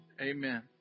Amen